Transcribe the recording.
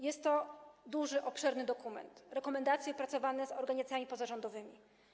Jest to duży, obszerny dokument, rekomendacje opracowane z organizacjami pozarządowymi.